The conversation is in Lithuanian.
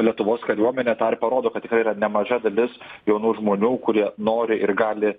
lietuvos kariuomenę tą ir parodo kad yra nemaža dalis jaunų žmonių kurie nori ir gali